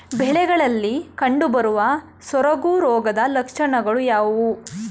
ಬೆಳೆಗಳಲ್ಲಿ ಕಂಡುಬರುವ ಸೊರಗು ರೋಗದ ಲಕ್ಷಣಗಳು ಯಾವುವು?